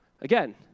Again